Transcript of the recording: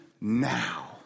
now